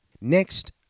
Next